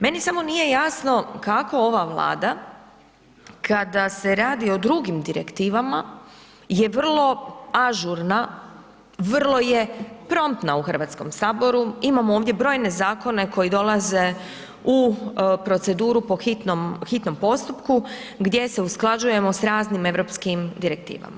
Meni samo nije jasno kako ova Vlada kada se radi o drugim direktivama je vrlo ažurna, vrlo je promptna u Hrvatskom saboru, imamo ovdje brojne zakone koji dolaze u proceduru po hitnom postupku gdje se usklađujemo s raznim europskim direktivama.